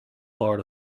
part